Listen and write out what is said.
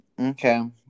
okay